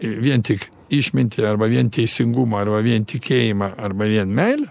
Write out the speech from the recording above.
vien tik išmintį arba vien teisingumą arba vien tikėjimą arba vien meilę